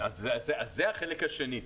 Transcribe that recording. זה החלק השני.